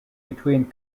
between